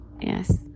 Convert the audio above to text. Yes